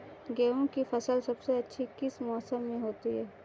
गेंहू की फसल सबसे अच्छी किस मौसम में होती है?